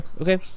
okay